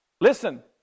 Listen